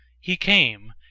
he came,